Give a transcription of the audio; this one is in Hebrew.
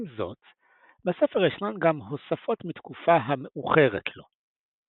עם זאת, בספר ישנן גם הוספות מתקופה המאוחרת לו.